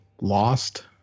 lost